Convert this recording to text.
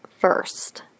first